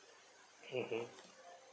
mmhmm